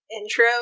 intro